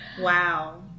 wow